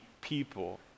people